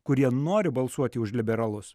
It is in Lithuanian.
kurie nori balsuoti už liberalus